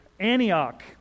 Antioch